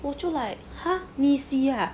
我就 like ha 你洗 ah